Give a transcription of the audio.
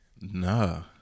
Nah